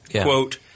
quote